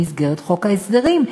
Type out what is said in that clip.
במסגרת חוק ההסדרים.